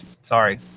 Sorry